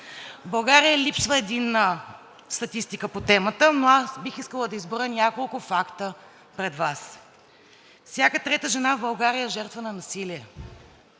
България липсва единна статистика по темата, но аз бих искала да изброя няколко факта пред Вас. Всяка трета жена в България е жертва на насилие.